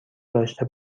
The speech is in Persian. داشته